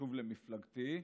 וחשוב למפלגתי,